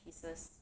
pieces